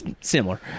similar